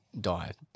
died